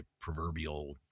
proverbial